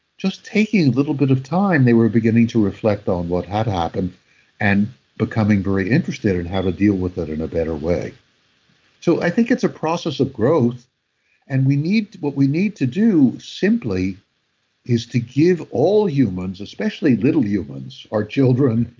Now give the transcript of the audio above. just taking a little bit of time they were beginning to reflect on what had happened and becoming very interested in how to deal with it in a better way so, i think it's a process of growth and what we need to do simply is to give all humans, especially little humans, our children,